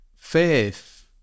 Faith